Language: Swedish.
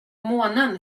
månen